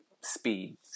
speed